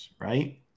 right